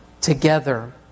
together